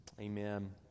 Amen